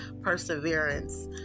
perseverance